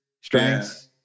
strengths